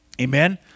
Amen